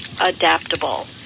adaptable